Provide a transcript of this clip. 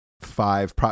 five